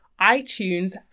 iTunes